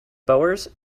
boers